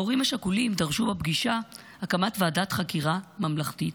ההורים השכולים דרשו בפגישה הקמת ועדת חקירה ממלכתית,